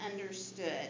understood